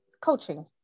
coaching